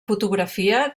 fotografia